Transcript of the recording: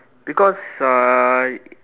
because I